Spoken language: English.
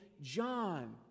John